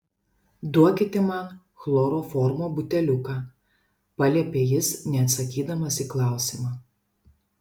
duokite man chloroformo buteliuką paliepė jis neatsakydamas į klausimą